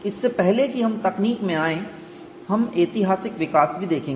इससे पहले कि हम तकनीक में आएं हम ऐतिहासिक विकास भी देखेंगे